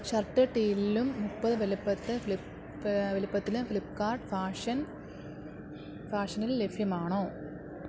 shirt ടീലിലും മുപ്പത് വലിപ്പത്ത് ഫ്ലിപ്പ് വലുപ്പത്തിലും ഫ്ലിപ്പ്കാർട്ട് ഫാഷൻ ഫാഷനിൽ ലഭ്യമാണോ